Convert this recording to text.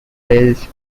wells